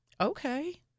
okay